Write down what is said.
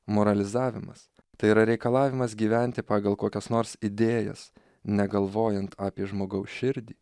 moralizavimas tai yra reikalavimas gyventi pagal kokias nors idėjas negalvojant apie žmogaus širdį